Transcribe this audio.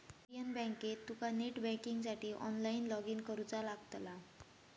Indian बँकेत तुका net बँकिंगसाठी ऑनलाईन लॉगइन करुचा लागतला